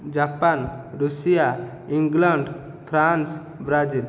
Japan Russia England France Brazil